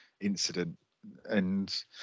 incident—and